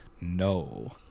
no